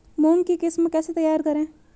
मूंग की किस्म कैसे तैयार करें?